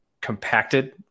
compacted